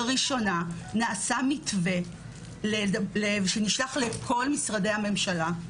לראשונה נעשה מתווה שנשלח לכל משרדי הממשלה,